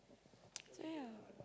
so yeah